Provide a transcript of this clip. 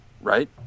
right